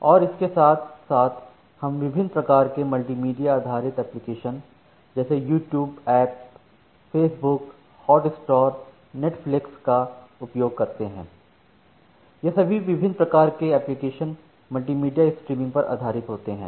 और इसके साथ साथ हम विभिन्न प्रकार के मल्टीमीडिया आधारित एप्लिकेशन जैसे YouTube app Facebook Hotstar Netflix का उपयोग करते हैं यह सभी विभिन्न प्रकार के एप्लिकेशन मल्टीमीडिया स्ट्रीमिंग पर आधारित होते हैं